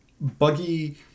Buggy